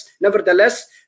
Nevertheless